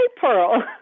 Pearl